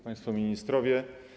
Państwo Ministrowie!